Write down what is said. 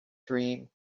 dream